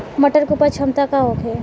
मटर के उपज क्षमता का होखे?